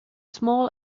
small